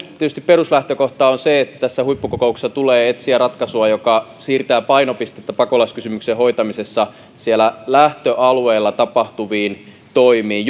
peruslähtökohta on se että tässä huippukokouksessa tulee etsiä ratkaisua joka siirtää painopistettä pakolaiskysymyksen hoitamisessa siellä lähtöalueella tapahtuviin toimiin